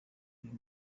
uyu